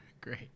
Great